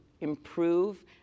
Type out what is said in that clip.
improve